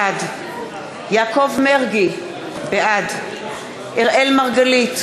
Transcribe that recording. בעד יעקב מרגי, בעד אראל מרגלית,